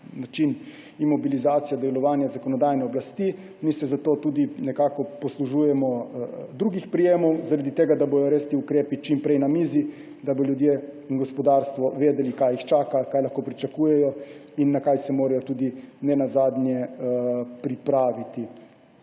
način imobilizacije delovanja zakonodajne oblasti. Mi se zato tudi poslužujemo drugih prijemov, zaradi tega da bodo res ti ukrepi čim prej na mizi, da bodo ljudje in gospodarstvo vedeli, kaj jih čaka, kaj lahko pričakujejo in na kaj se morajo pripraviti.